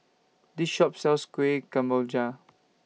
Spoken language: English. This Shop sells Kueh Kemboja